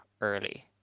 early